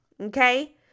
okay